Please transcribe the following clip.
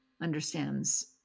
understands